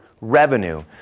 revenue